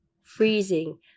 freezing